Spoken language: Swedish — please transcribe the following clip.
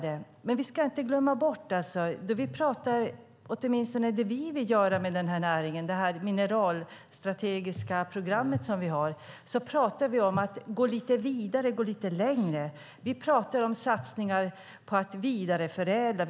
Det vi vill göra med den här näringen i och med det mineralstrategiska programmet är att gå vidare och gå lite längre. Vi pratar om satsningar på att vidareförädla.